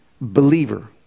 believer